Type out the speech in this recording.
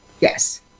Yes